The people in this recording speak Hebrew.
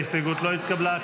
ההסתייגות לא התקבלה.